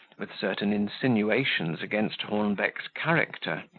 with certain insinuations against hornbeck's character,